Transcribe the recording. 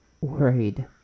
worried